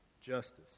justice